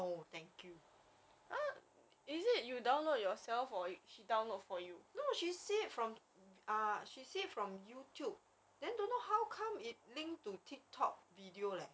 because I think there's no one to one attention by given by the teacher then for english she she's speaking english more because of youtube